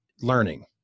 learning